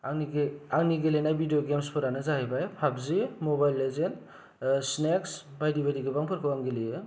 आंनि गेलेनाय भिदिअ' गेम्सफोरानो जाहैबाय फाबजि मबाइल लेजेन्द स्नेक्स बायदि बायदि गोबां फोरखौ आं गेलेयो